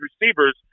receivers